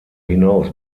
hinaus